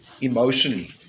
emotionally